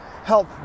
help